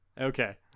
Okay